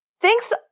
thanks